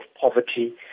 poverty